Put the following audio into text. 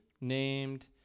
named